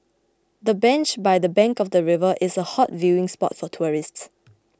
the bench by the bank of the river is a hot viewing spot for tourists